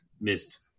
missed